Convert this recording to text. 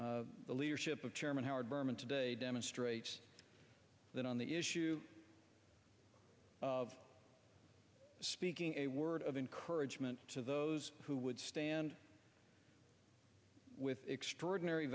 ism the leadership of chairman howard berman today demonstrates that on the issue of speaking a word of encouragement to those who would stand with extraordinary